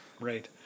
Right